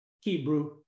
Hebrew